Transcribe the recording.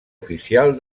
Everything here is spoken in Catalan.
oficial